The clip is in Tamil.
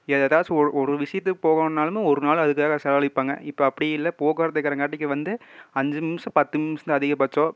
ஏதாச்சும் ஒரு விஷயத்துக்கு போகணும்னாலுமே ஒரு நாள் அதுக்காக செலவழிப்பாங்க இப்போ அப்படி இல்லை போக்குவரத்து இருக்கிறங்காட்டிக்கி வந்து அஞ்சு நிமிஷம் பத்து நிமிஷம் தான் அதிகபட்சம்